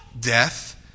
Death